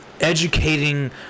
educating